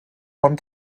von